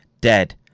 dead